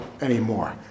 anymore